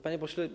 Panie Pośle!